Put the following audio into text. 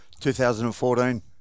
2014